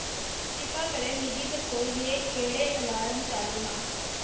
किरपा करियै मिगी दस्सो जे केह्ड़े अलार्म चालू न